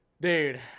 dude